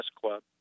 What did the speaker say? club